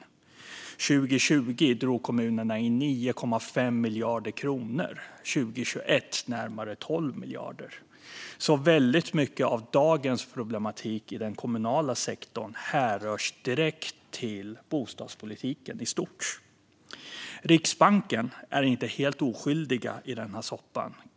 År 2020 drog kommunerna in 9,5 miljarder kronor, och 2021 närmare 12 miljarder. Väldigt mycket av dagens problematik i den kommunala sektorn härrör sig direkt från bostadspolitiken i stort. Riksbanken är inte helt oskyldig i den här soppan.